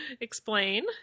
explain